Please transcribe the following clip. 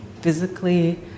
physically